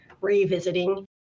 revisiting